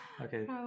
Okay